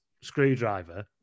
screwdriver